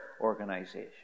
organization